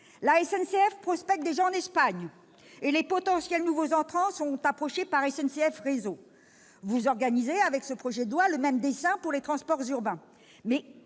La SNCF prospecte déjà en Espagne, et les potentiels nouveaux entrants sont approchés par SNCF Réseau. Avec ce projet de loi, vous organisez le même dessein pour les transports urbains.